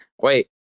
wait